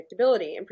predictability